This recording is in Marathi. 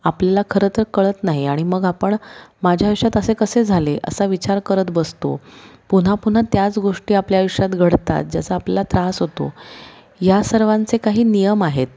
आपल्याला खरं तर कळत नाही आणि मग आपण माझ्या आयुष्यात असे कसे झाले असा विचार करत बसतो पुन्हा पुन्हा त्याच गोष्टी आपल्या आयुष्यात घडतात ज्याचा आपला त्रास होतो या सर्वांचे काही नियम आहेत